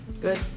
Good